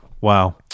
Wow